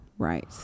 right